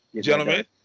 gentlemen